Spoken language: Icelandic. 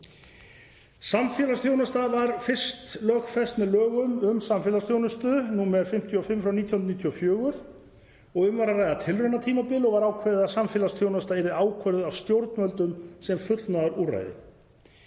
Samfélagsþjónusta var fyrst lögfest með lögum um samfélagsþjónustu, nr. 55/1994. Um var að ræða tilraunatímabil og var ákveðið að samfélagsþjónusta yrði ákvörðuð af stjórnvöldum sem fullnustuúrræði.